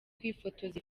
kwifotoza